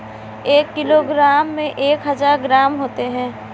एक किलोग्राम में एक हज़ार ग्राम होते हैं